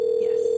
yes